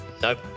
Nope